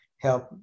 help